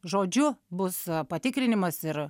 žodžiu bus patikrinimas ir